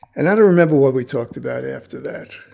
and i don't remember what we talked about after that.